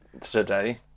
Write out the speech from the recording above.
today